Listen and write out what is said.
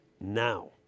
now